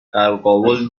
قرقاول